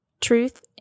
truth